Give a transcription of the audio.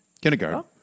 Kindergarten